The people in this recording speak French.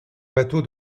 bateau